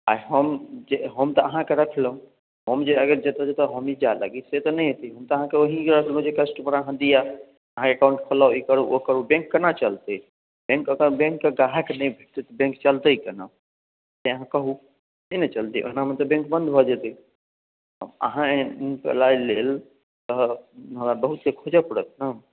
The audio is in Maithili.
आ हम जे हम तऽ अहाँके रखलहुँ हम जे अगर जतय ततय हमहीँ जाय लागी से तऽ नहि हेतै हम तऽ अहाँकेँ ओही दुआरे रखलहुँ जे कस्टमर अहाँ दिअ अहाँ एकाउंट खोलाउ ई करू ओ करू बैंक केना चलतै बैंक अगर बैंकके ग्राहक नहि भेटतै तऽ बैंक चलतै केना से अहाँ कहू नहि ने चलतै एनामे तऽ बैंक बन्द भऽ जेतै अहाँ जेहन इम्प्लोइ लेल तऽ हमरा बहुते खोजय पड़त ने